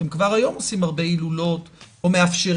אתם כבר היום מאפשרים הילולות במקומות